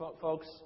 Folks